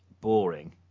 boring